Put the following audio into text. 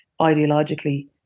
ideologically